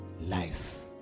Life